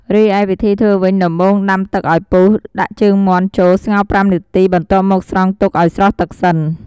រីឯវិធីធ្វើវិញ ដំបូងដាំទឹកឱ្យពុះដាក់ជើងមាន់ចូលស្ងោរប្រាំនាទីបន្ទាប់មកស្រង់ទុកឱ្យស្រស់ទឹកសិន។